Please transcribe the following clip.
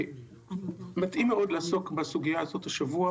מתאים מאוד לעסוק בסוגיה הזאת השבוע.